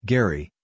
Gary